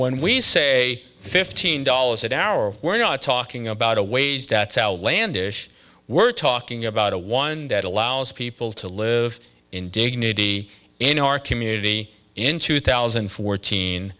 when we say fifteen dollars an hour we're not talking about a wage that outlandish we're talking about a one that allows people to live in dignity in our community in two thousand and fourteen